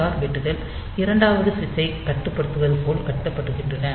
R பிட்கள் இரண்டாவது சுவிட்சைக் கட்டுப்படுத்துவது போல் கட்டுப்படுத்துகின்றன